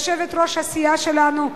יושבת-ראש הסיעה שלנו,